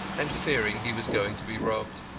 and fearing he was going to be robbed.